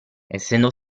essendo